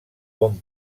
com